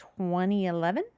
2011